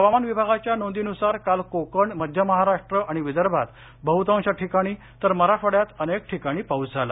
हवामान विभागाच्या नोंदीनुसार काल कोकण मध्यमहाराष्ट्र आणि विदर्भात बहुतांश ठिकाणी तर मराठवाड्यात अनेक ठिकाणी पाऊस झाला